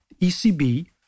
ECB